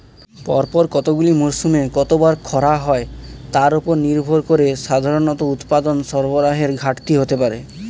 পরপর কতগুলি মরসুমে কতবার খরা হয় তার উপর নির্ভর করে সাধারণত উৎপাদন সরবরাহের ঘাটতি হতে পারে